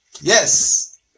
yes